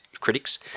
critics